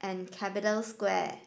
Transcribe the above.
and Capital Square